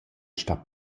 stat